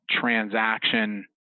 transaction